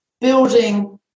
building